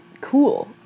cool